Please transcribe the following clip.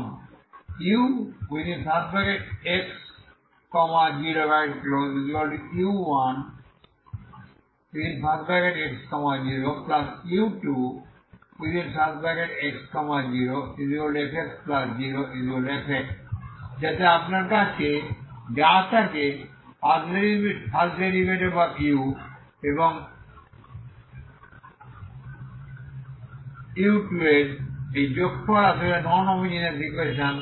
এখন ux0u1x0u2x0fx0f যাতে আপনার কাছে যা থাকে এই u1এবং u2এর এই যোগফল আসলে নন হোমোজেনিয়াস ইকুয়েশন